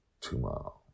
tomorrow